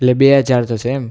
એટલે બે હજાર થશે એમ